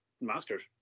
Masters